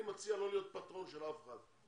אני מציע לא להיות פטרון של אף אחד.